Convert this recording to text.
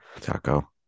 Taco